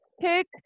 pick